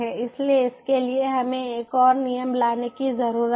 इसलिए इसके लिए हमें एक और नियम लाने की जरूरत है